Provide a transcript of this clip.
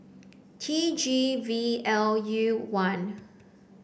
T G V L U one